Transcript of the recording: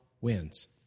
wins